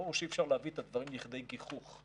ברור שאי-אפשר להביא את הדברים לידי גיחוך,